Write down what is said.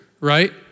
right